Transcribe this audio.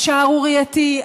השערורייתי,